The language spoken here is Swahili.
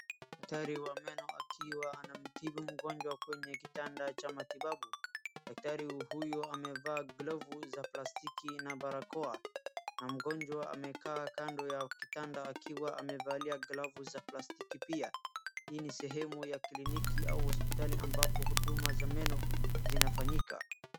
Daktari wa meno akiwa anamtibu mgonjwa kwenye kitanda cha matibabu. Daktari huyo amevaa glovu za plastiki na barakoa, na mgonjwa amekaa kando ya kitanda akiwa amevalia glovu za plastiki pia. Hii sehemu ya kliniki au hospitali ambapo huduma za meno zinafanyika.